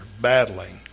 battling